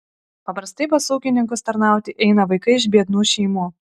paprastai pas ūkininkus tarnauti eina vaikai iš biednų šeimų